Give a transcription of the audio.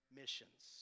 missions